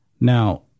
Now